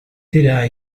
dira